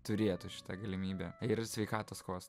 turėtų šitą galimybę ir sveikatos kostui